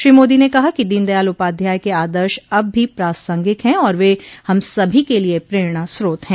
श्री मोदी ने कहा कि दीनदयाल उपाध्याय के आदर्श अब भी प्रासंगिक हैं और वे हम सभी के लिए प्रेरणास्रोत हैं